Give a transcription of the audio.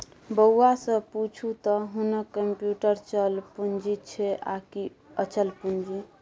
बौआ सँ पुछू त हुनक कम्युटर चल पूंजी छै आकि अचल पूंजी